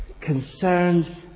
concerned